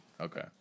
Okay